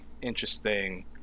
interesting